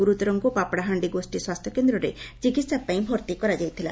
ଗୁରୁତରଙ୍କୁ ପାପଡ଼ାହାଣ୍ଡି ଗୋଷୀ ସ୍ୱାସ୍ଥ୍ୟକେନ୍ଦ୍ରରେ ଚିକିହା ପାଇଁ ଭର୍ତି କରାଯାଇଥିଲା